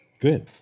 Good